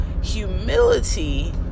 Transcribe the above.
humility